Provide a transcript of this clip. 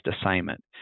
assignment